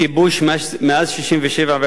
מאז 1967 ועד היום,